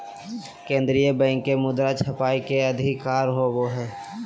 केन्द्रीय बैंक के मुद्रा छापय के अधिकार होवो हइ